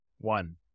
One